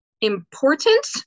important